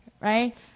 right